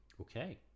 Okay